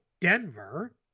denver